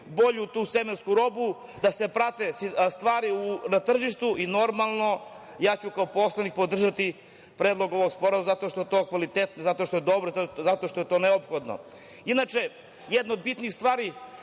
bolju tu semensku robu, da se prate stvari na tržištu i normalno, ja ću kao poslanik podržati predlog ovog sporazuma zato što je to kvalitetno, zato što je to dobro, zato što je to neophodno. Inače, jedna od bitnijih stvari,